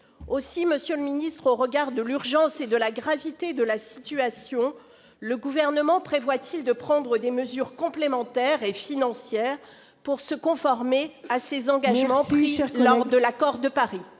Monsieur le ministre d'État, au regard de l'urgence et de la gravité de la situation, le Gouvernement prévoit-il de prendre des mesures complémentaires, notamment financières, pour se conformer à ses engagements pris lors de l'accord de Paris ?